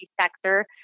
sector